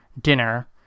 dinner